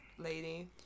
lady